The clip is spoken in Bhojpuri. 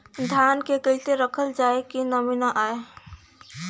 धान के कइसे रखल जाकि नमी न आए?